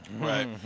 Right